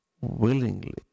willingly